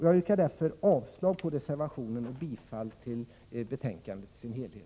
Jag yrkar avslag på reservationen och bifall till utskottets hemställan.